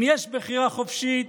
אם יש בחירה חופשית,